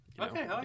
Okay